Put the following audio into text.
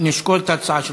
נשקול את ההצעה שלך.